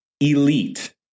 elite